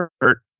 hurt